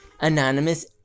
Anonymous